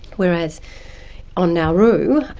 whereas on nauru,